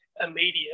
immediate